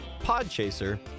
Podchaser